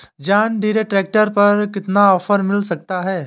John Deere tractor पर कितना offer मिल सकता है?